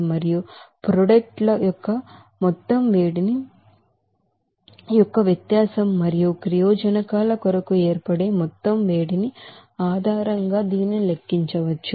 మరియు ప్రొడక్ట్ ల యొక్క మొత్తం వేడిమి యొక్క వ్యత్యాసం మరియు రియాక్టన్స్ ల కొరకు ఏర్పడే మొత్తం వేడిమి ఆధారంగా దీనిని లెక్కించవచ్చు